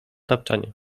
tapczanie